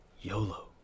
YOLO